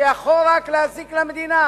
שיכול רק להזיק למדינה.